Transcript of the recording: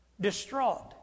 Distraught